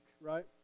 right